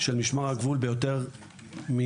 של משמר הגבול ביותר מ-20%.